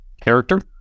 character